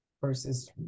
versus